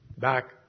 Back